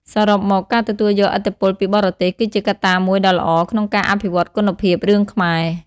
សរុបមក ការទទួលយកឥទ្ធិពលពីបរទេស គឺជាកត្តាមួយដ៏ល្អក្នុងការអភិវឌ្ឍគុណភាពរឿងខ្មែរ។